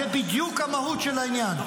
זו בדיוק המהות של העניין.